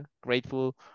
grateful